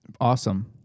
Awesome